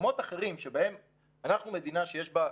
אנחנו מדינה שיש בה,